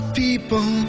people